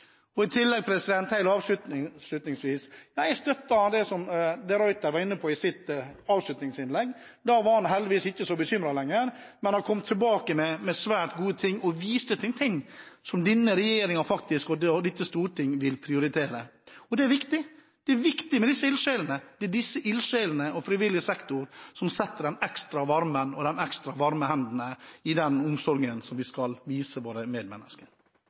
plass. I tillegg, helt avslutningsvis: Jeg støtter det de Ruiter var inne på i sitt avslutningsinnlegg. Da var han heldigvis ikke så bekymret lenger, men han kom tilbake med svært gode ting, og viste til ting som denne regjering og dette storting vil prioritere. Det er viktig med disse ildsjelene, det er disse ildsjelene og frivillig sektor som har den ekstra varmen og de ekstra varme hendene i omsorgen som vi skal vise våre medmennesker.